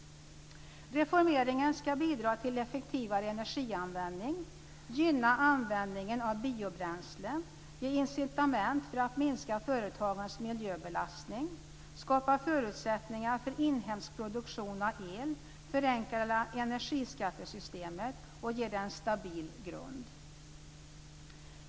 Reformeringen ska bidra till effektivare energianvändning, gynna användningen av biobränslen, ge incitament för att minska företagens miljöbelastning, skapa förutsättningar för inhemsk produktion av el, förenkla energiskattesystemet och ge det en stabil grund.